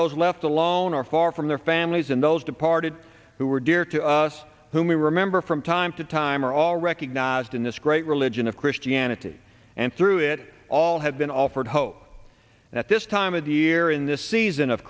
those left alone are far from their families and those departed who were dear to us whom we remember from time to time are all recognized in this great religion of christianity and through it all have been offered hope that this time of year in this season of